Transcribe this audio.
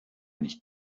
nicht